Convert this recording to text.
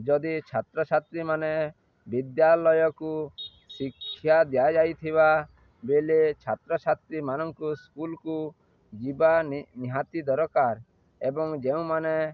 ଯଦି ଛାତ୍ରଛାତ୍ରୀମାନେ ବିଦ୍ୟାଲୟକୁ ଶିକ୍ଷା ଦିଆଯାଇଥିବା ବେଲେ ଛାତ୍ରଛାତ୍ରୀମାନଙ୍କୁ ସ୍କୁଲକୁ ଯିବା ନି ନିହାତି ଦରକାର ଏବଂ ଯେଉଁମାନେ